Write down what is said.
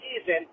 season